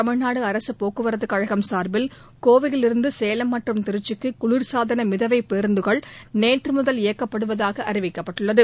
தமிழ்நாடு அரசுப் போக்குவரத்து கழகம் சார்பில் கோவையிலிருந்து சேலம் மற்றும் திருச்சிக்கு குளிர்சாதன மிதவை பேருந்துகள் நேற்றுமுதல் இயக்கப்படுவதாக அறிவிக்கப்பட்டுள்ளது